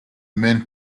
men